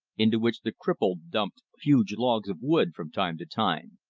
into which the cripple dumped huge logs of wood from time to time.